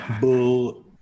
bull